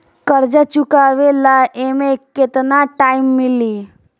कर्जा चुकावे ला एमे केतना टाइम मिली?